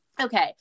okay